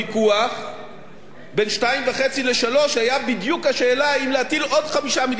בין 2.5% ל-3% היה בדיוק השאלה האם להטיל עוד 5 מיליארד שקלים מסים,